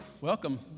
Welcome